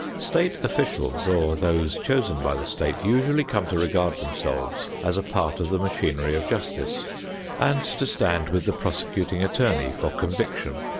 state officials, or those chosen by the state, usually come to regard themselves as a part of the machinery of justice and to stand with the prosecuting attorney for conviction.